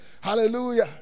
Hallelujah